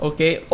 Okay